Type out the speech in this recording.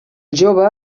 jove